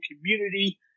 community